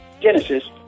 Genesis